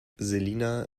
selina